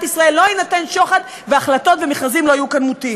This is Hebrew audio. ישראל לא יינתן שוחד והחלטות במכרזים לא יהיו כאן מוטות.